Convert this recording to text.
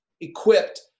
equipped